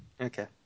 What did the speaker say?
Okay